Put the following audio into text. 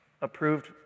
approved